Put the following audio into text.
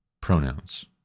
pronouns